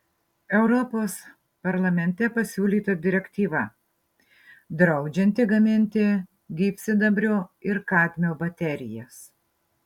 europos parlamente pasiūlyta direktyva draudžianti gaminti gyvsidabrio ir kadmio baterijas